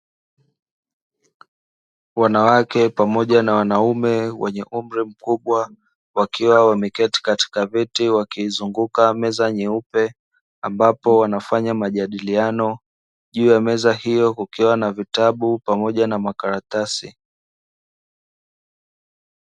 Wanawake pamoja na wanaume wenye umri mkubwa, wakiwa wameketi katika viti wakizunguka meza nyeupe, ambapo wanafanya majadiliano juu ya meza hiyo kukiwa na vitabu pamoja na makaratasi.